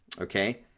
Okay